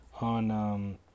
on